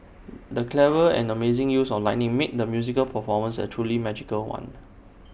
the clever and amazing use of lighting made the musical performance A truly magical one